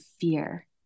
fear